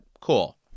cool